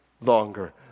longer